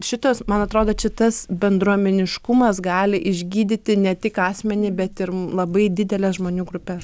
šitas man atrodo čia tas bendruomeniškumas gali išgydyti ne tik asmenį bet ir labai dideles žmonių grupes